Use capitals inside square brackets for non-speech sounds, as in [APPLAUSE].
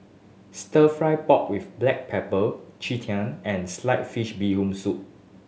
Stir Fry pork with black pepper [UNINTELLIGIBLE] tng and slice fish Bee Hoon Soup